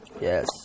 Yes